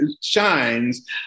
shines